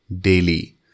daily